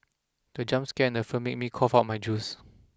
the jump scare in the film made me cough out my juice